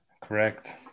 Correct